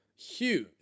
Huge